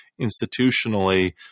institutionally